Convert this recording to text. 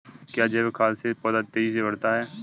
क्या जैविक खाद से पौधा तेजी से बढ़ता है?